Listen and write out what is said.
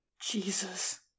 Jesus